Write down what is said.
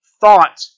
thought